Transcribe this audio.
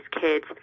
kids